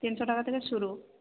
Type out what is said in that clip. তিনশো টাকা থেকে শুরু